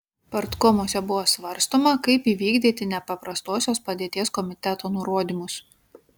partkomuose buvo svarstoma kaip įvykdyti nepaprastosios padėties komiteto nurodymus